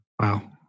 Wow